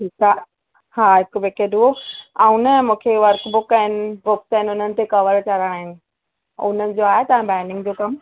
ठीक आहे हा हिकु पेकेटु उहो अऊं न मूंखे वर्क बुक आहिनि बुक्स आहिनि हुननि ते कवर चढ़ाइणा आहिनि उन्हनि जो आहे तव्हां जो बाईंडींग जो कमु